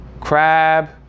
Crab